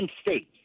states